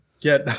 Get